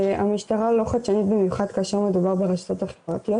המשטרה לא חדשנית במיוחד כאשר מדובר ברשתות החברתיות